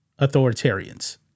authoritarians